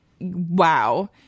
wow